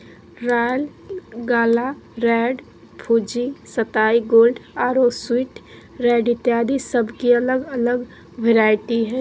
royal gala, red Fuji, सताई gold आरो sweet red इत्यादि सेब के अलग अलग वैरायटी हय